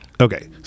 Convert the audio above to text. Okay